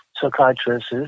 psychiatrists